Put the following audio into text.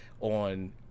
on